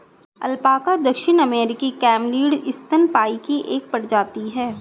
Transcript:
alpaca दक्षिण अमेरिकी camelid स्तनपायी की एक प्रजाति है